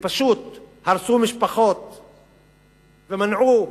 ופשוט הרסו משפחות ומנעו,